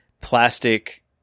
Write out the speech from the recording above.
plastic